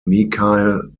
mikhail